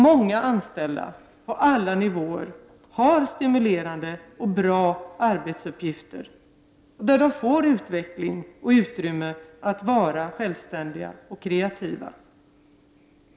Många anställda på alla nivåer har stimulerande och bra arbetsuppgifter, där det finns utveckling och utrymme för självständighet och kreativitet.